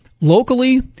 locally